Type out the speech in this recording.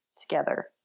together